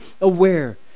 aware